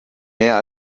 mehr